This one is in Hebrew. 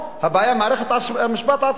הבעיה עם מערכת המשפט עצמה.